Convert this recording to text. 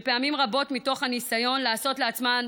כשפעמים רבות מתוך הניסיון לעשות לעצמם